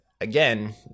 again